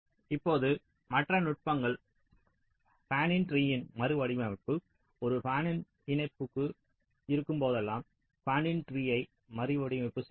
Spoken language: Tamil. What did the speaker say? இப்போது மற்ற நுட்பங்கள் ஃபானின் ட்ரீயின் மறுவடிவமைப்பு ஒரு ஃபானின் இணைப்பு இருக்கும் போதெல்லாம் ஃபானின் ட்ரீயை மறுவடிவமைப்பு செய்வது